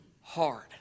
hard